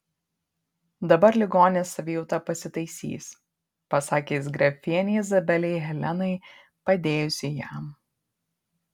dabar ligonės savijauta pasitaisys pasakė jis grafienei izabelei helenai padėjusiai jam